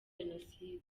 jenoside